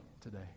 today